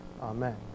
Amen